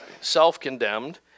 self-condemned